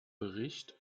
bericht